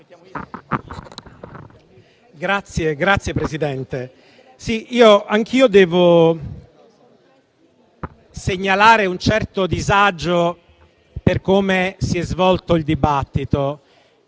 Signora Presidente, anch'io devo segnalare un certo disagio per come si è svolto il dibattito.